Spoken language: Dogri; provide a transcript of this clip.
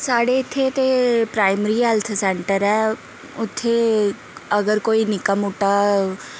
साढ़े इत्थें ते प्राइमरी हेल्थ सैंटर ऐ उत्थें अगर कोई निक्का मुट्टा